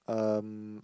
um